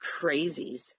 crazies